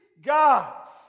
gods